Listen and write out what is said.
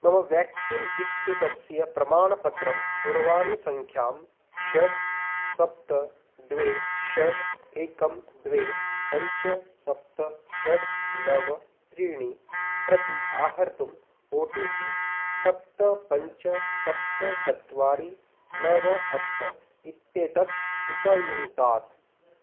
मम व्याक्सीन् इत्येतस्य प्रमाणपत्रं दूरवाणीसङ्ख्यां षड् सप्त द्वे षड् एकं द्वे पञ्च सप्त षड् नव त्रीणि प्रति अवाहर्तुम् ओ टि पि सप्त पञ्च सप्त चत्वारि नव अष्ट इत्येतत् उपयुङ्क्तात्